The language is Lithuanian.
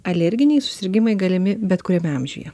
alerginiai susirgimai galimi bet kuriame amžiuje